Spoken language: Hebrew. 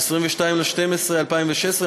22 בדצמבר 2016,